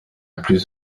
plus